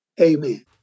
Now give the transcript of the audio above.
Amen